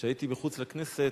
כשהייתי מחוץ לכנסת,